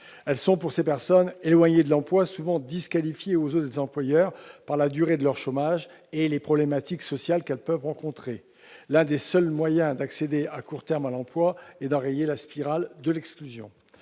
Elles sont, pour ces personnes éloignées de l'emploi et souvent disqualifiées aux yeux des employeurs par la durée de leur chômage et les problématiques sociales qu'elles peuvent rencontrer, l'un des seuls moyens d'accéder à court terme à l'emploi et d'enrayer la spirale de l'exclusion.